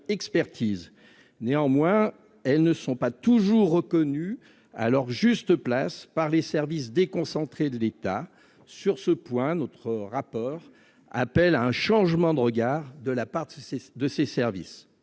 Néanmoins, elles ne sont pas toujours reconnues à leur juste place par les services déconcentrés de l'État. Sur ce point, notre rapport appelle à un changement de regard de la part de ces services.